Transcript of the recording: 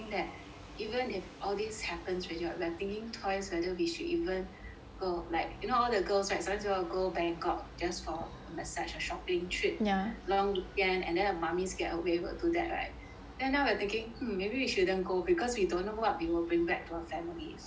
even if all this happens already we're thinking twice whether we should even go like you know all the girls right sometimes you want to go bangkok just for a massage a shopping trip long weekend and then a mummies get away will do that right then now we're thinking maybe we shouldn't go because we don't know what we will bring back to our families